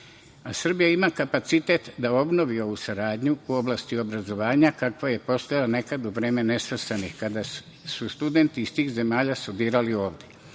ima kapacitet da obnovi ovu saradnju u oblasti obrazovanja kakva je postojala nekada u vreme Nesvrstanih kada su studenti iz tih zemalja studirali ovde,